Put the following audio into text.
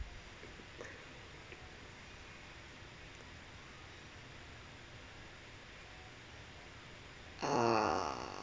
err